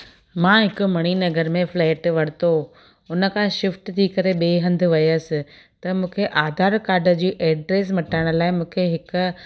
मां हिक मणीनगर में फ़्लेट वरितो हुन खां शिफ़्ट थी करे ॿिएं हंधु वियसि त मूंखे आधार काड जी एड्रेस मटाइण लाइ मूंखे हिक